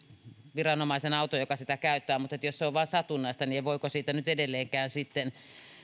viranomaisen auton joka sitä käyttää mutta jos se on vain satunnaista niin voiko siitä nyt edelleenkään sitten